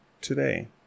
today